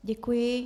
Děkuji.